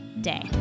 day